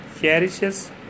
cherishes